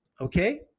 okay